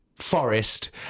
forest